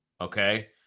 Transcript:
okay